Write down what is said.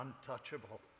untouchable